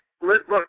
look